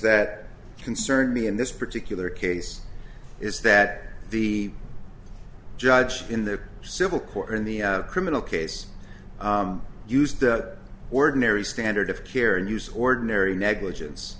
that concerned me in this particular case is that the judge in the civil court in the criminal case used the ordinary standard of care and use ordinary negligence